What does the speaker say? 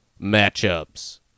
matchups